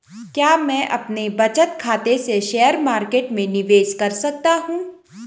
क्या मैं अपने बचत खाते से शेयर मार्केट में निवेश कर सकता हूँ?